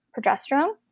progesterone